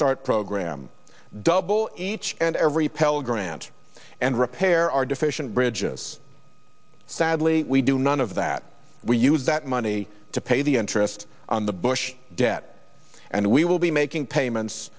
start program double each and every pell grant and repair our deficient bridges sadly we do none of that we use that money to pay the interest on the bush debt and we will be making payments